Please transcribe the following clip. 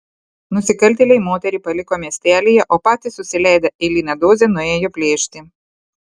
nusikaltėliai moterį paliko miestelyje o patys susileidę eilinę dozę nuėjo plėšti